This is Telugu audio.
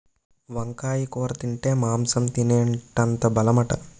వంకాయ కూర తింటే మాంసం తినేటంత బలమట